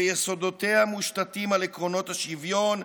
שיסודותיה מושתתים על עקרונות השוויון,